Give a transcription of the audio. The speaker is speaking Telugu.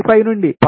35 నుండి 0